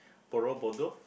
Borobudur